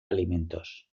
alimentos